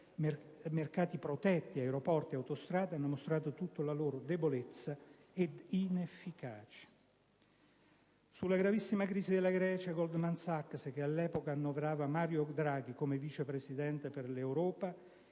mercati protetti (aeroporti, autostrade), hanno mostrato tutta la loro debolezza ed inefficacia. Sulla gravissima crisi della Grecia Goldman Sachs - che all'epoca annoverava come vice presidente per l'Europa